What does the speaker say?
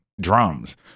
drums